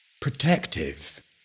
Protective